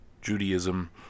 Judaism